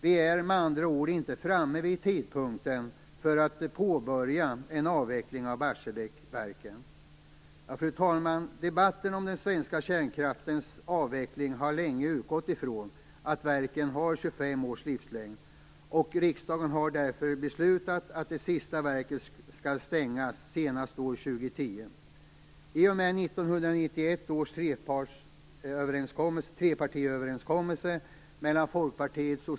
Vi är med andra ord inte framme vid tidpunkten för att påbörja en avveckling av Barsebäcksverken. Fru talman! Debatten om den svenska kärnkraftens avveckling har länge utgått från att verken har 25 års livslängd, och riksdagen har därför beslutat att det sista verket skall stängas senast år 2010.